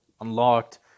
unlocked